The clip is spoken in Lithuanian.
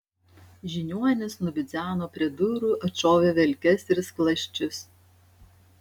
žiniuonis nubidzeno prie durų atšovė velkes ir skląsčius